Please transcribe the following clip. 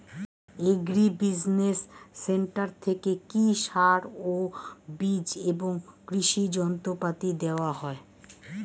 Agri business centre থেকে কি সার ও বিজ এবং কৃষি যন্ত্র পাতি দেওয়া হয়?